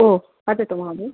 ओ वदतु महोदय